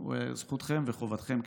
וחובתכם כאופוזיציה.